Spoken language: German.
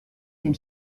den